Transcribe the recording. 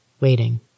waiting